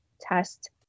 test